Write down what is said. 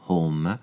Home